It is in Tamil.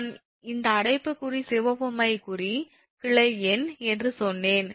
நான் இந்த அடைப்புக்குறி சிவப்பு மை குறி கிளை எண் என்று சொன்னேன்